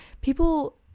people